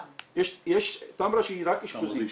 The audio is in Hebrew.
תמרה היא רק אשפוזית.